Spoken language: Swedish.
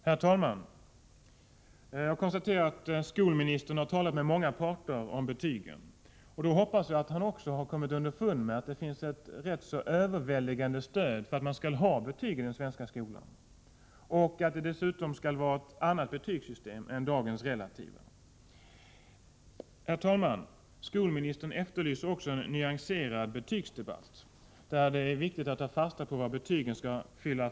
Herr talman! Jag konstaterar att skolministern har talat med många parter om betygen. Jag hoppas att han då har kommit underfund med att det finns ett överväldigande stöd för att man skall ha betyg i den svenska skolan och för att betygssystemet skall vara ett annat än dagens relativa system. Herr talman! Skolministern efterlyser en nyanserad betygsdebatt där det är viktigt att ta fasta på vilken funktion betygen skall fylla.